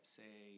say